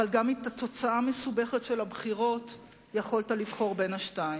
אבל גם עם תוצאה מסובכת של הבחירות יכולת לבחור בין השתיים,